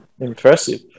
impressive